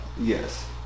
Yes